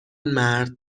مرد